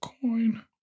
coin